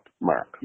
mark